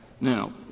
Now